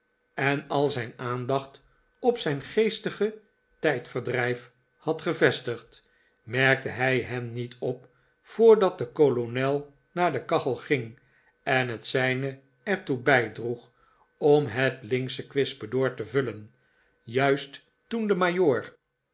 en al zijn aandacht op zijn geestige tijdverdrijf had gevestigd merkte hij hen niet op voordat de kolonel naar de kachel ging en het zijne er toe bijdroeg om het linksche kwispedoor te vullen juist toen de